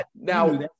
now